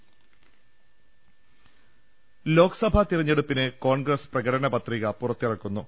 ൾ ൽ ൾ ലോക്സഭാ തെരഞ്ഞെടുപ്പിന് കോൺഗ്രസ് പ്രകടന പത്രിക പുറത്തിറക്കു്ന്നു